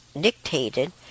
dictated